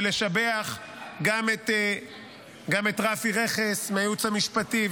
לשבח גם את רפי רכס מהייעוץ המשפטי,